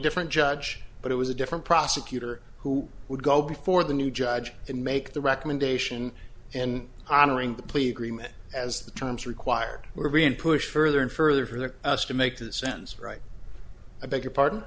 different judge but it was a different prosecutor who would go before the new judge and make the recommendation and honoring the plea agreement as the terms required were being pushed further and further for us to make that sends right i beg your pardon